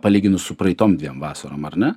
palyginus su praeitom dviem vasarom ar ne